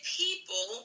people